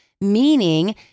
meaning